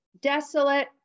desolate